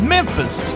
Memphis